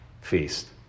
feast